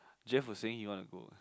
Jeff was saying you wanna go